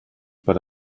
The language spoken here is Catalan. per